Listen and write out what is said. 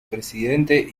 presidente